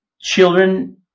Children